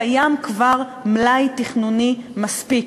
קיים כבר מלאי תכנוני מספיק.